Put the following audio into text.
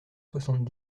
soixante